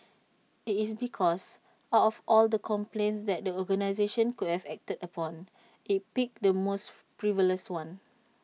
this is because out of all the complaints that the organisation could have acted upon IT picked the most frivolous one